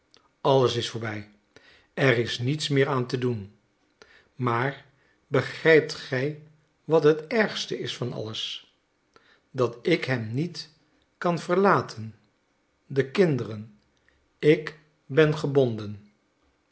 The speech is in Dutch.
alles is voorbij er is niets meer aan te doen maar begrijpt gij wat het ergste is van alles dat ik hem niet kan verlaten de kinderen ik ben gebonden